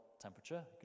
temperature